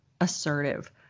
assertive